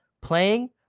playing